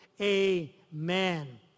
Amen